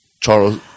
Charles